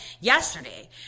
yesterday